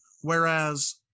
whereas